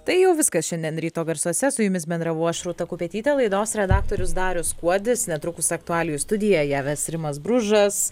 tai jau viskas šiandien ryto garsuose su jumis bendravau aš rūta kupetytė laidos redaktorius darius kuodis netrukus aktualijų studija ją ves rimas bružas